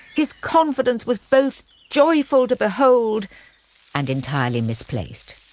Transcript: his confidence was both joyful to behold and entirely misplaced.